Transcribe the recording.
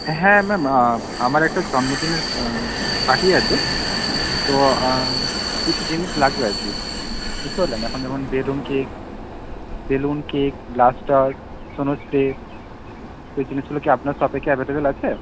হ্যাঁ ম্যাম আমার একটা জন্মদিনের পার্টি আছে তো কিছু জিনিস লাগবে আর কি বুঝতে পারলেন এখন যেমন balloon cake balloon cake spray এই জিনিসগুলো কি আপনার শপে কি অ্যাভেলেবেল আছে